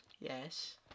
Yes